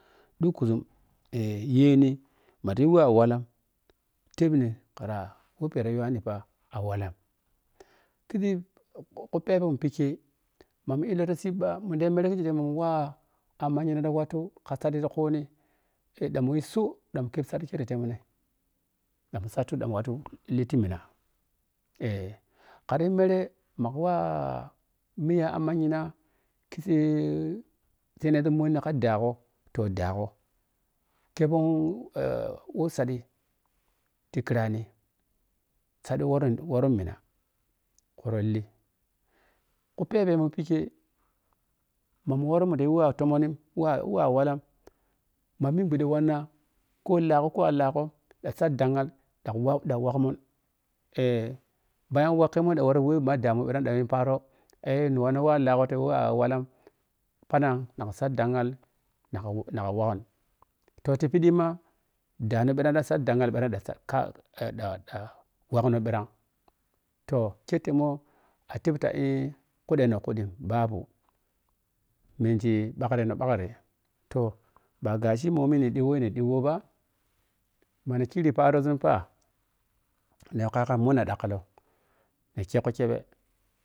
Ɗukuzum eh yeni mata yi we a walla tepni ka farak we kara yuwafa a walla kizii ku ku phebe wo mu phike ma mi allo ka siiɓa ma mu ma manyina ka saɗi ti kuni sai ɗan muyi suu ɗan watun li ti mina eh kara yi mere mo kuwa miya amman yinati seenezun monni ka dango toh ɗaago khuɓu we saadi ti kirani gaaɗi woron wiri mina kuwurol ku pheɓemun phike mo mu woro mun ɗa yi we a tommon we we a walla ma munɓhuɗe wanna ko laago ko a laago ɗa saaɗ ɗanghal ɗan whag ɗan whag mun eh bayan whaggmun ɗan we ma ɗaa mun ɗan li paari walla phanang na ka saaɗ ɗaanhal ina ka naka whagni toh te phidima daani phinng ta saaɗ ɗanghal phirang ɗan sa ɗa ka ɗa whagni ɓhirag toh ketemu atep ta eh kude no kaɗi baba mengi ɓhakreno ɓhari toh kufe no kaɗi baba mmengi ɓhakreno ɓhari toh ba gashi momi di ɗhi woni ɗiyo ɓa mani kiri paarozun pa niyo ka yagai moni dak kulo ni khi yyokko gheɓe.